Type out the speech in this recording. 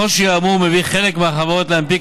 הקושי האמור מביא חלק מהחברות להנפיק